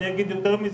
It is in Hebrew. אני אגיד יותר מזה: